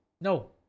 No